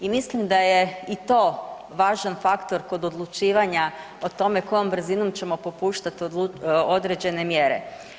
I mislim da je i to važan faktor kod odlučivanja o tome kojom brzinom ćemo popuštati određene mjere.